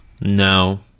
No